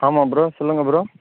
ஆமாம் ப்ரோ சொல்லுங்கள் ப்ரோ